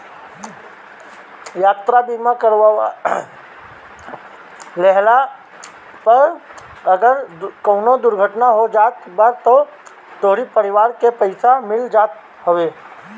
यात्रा बीमा करवा लेहला पअ अगर कवनो दुर्घटना हो जात बा तअ तोहरी परिवार के पईसा मिल जात हवे